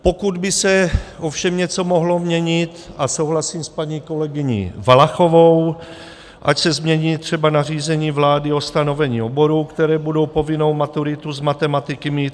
Pokud by se ovšem něco mohlo měnit, a souhlasím s paní kolegyní Valachovou, ať se změní třeba nařízení vlády o stanovení oborů, které budou povinnou maturitu z matematiky mít.